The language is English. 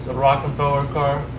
ah rockenfeller car.